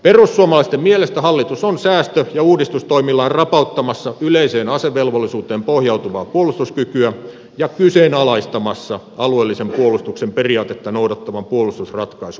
perussuomalaisten mielestä hallitus on säästö ja uudistustoimillaan rapauttamassa yleiseen asevelvollisuuteen pohjautuvaa puolustuskykyä ja kyseenalaistamassa alueellisen puolustuksen periaatetta noudattavan puolustusratkaisumme